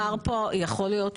יכול להיות.